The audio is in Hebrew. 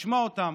לשמוע אותם,